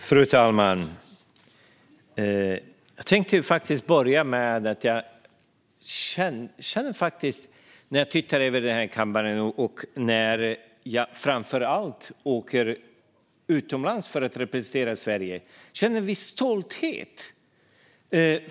Fru talman! Jag tänkte börja med att säga att jag känner stolthet när jag tittar ut över den här kammaren - och framför allt när jag åker utomlands för att representera Sverige.